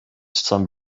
some